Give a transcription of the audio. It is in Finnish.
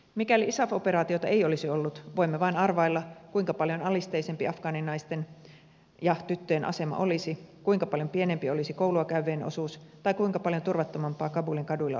mikäli isaf operaatiota ei olisi ollut voimme vain arvailla kuinka paljon alisteisempi afgaaninaisten ja tyttöjen asema olisi kuinka paljon pienempi olisi koulua käyvien osuus tai kuinka paljon turvattomampaa kabulin kaduilla olisi kulkea